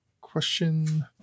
question